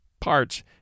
parts